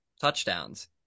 touchdowns